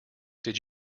did